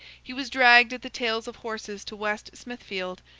he was dragged at the tails of horses to west smithfield,